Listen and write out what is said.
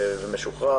ומשוחרר,